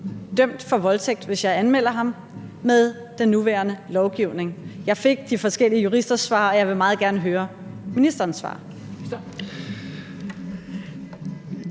dømt for voldtægt, hvis jeg anmelder ham, med den nuværende lovgivning? Jeg fik de forskellige juristers svar, og jeg vil meget gerne høre ministerens svar.